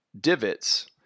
divots